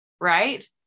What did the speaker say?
right